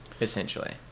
essentially